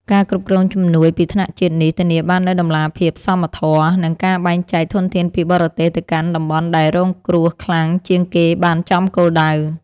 ការគ្រប់គ្រងជំនួយពីថ្នាក់ជាតិនេះ ធានាបាននូវតម្លាភាព សមធម៌ និងការបែងចែកធនធានពីបរទេសទៅកាន់តំបន់ដែលរងគ្រោះខ្លាំងជាងគេបានចំគោលដៅ។